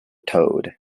towed